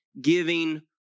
giving